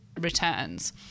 returns